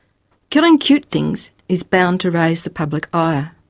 killing cute things is bound to raise the public ire.